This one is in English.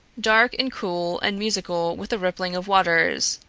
dark and cool and musical with the rippling of waters,